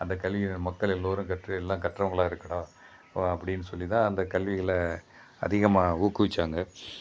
அந்த கல்வியை மக்கள் எல்லோரும் கற்று எல்லாம் கற்றவர்களா இருக்கணும் அப்படின்னு சொல்லித்தான் அந்த கல்விகளை அதிகமாக ஊக்குவித்தாங்க